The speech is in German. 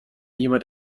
jemand